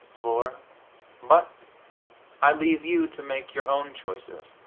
for but i leave you to make your own choices.